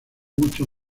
mucho